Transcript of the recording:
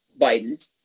Biden